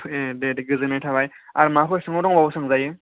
दे दे गोजोननाय थाबाय आर माबाफेर सोंबावनांगौ दंबा सोंजायो